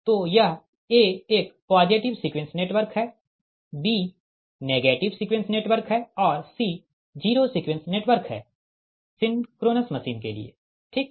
तो यह a एक पॉजिटिव सीक्वेंस नेटवर्क है b नेगेटिव सीक्वेंस नेटवर्क है और c जीरो सीक्वेंस नेटवर्क है सिंक्रोनस मशीन के लिए ठीक